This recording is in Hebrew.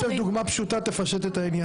אפשר דוגמה פשוטה שתפשט את העניין?